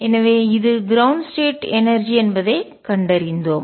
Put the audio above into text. எனவே இது ground state நிலை எனர்ஜிஆற்றல் என்பதைக் கண்டறிந்தோம்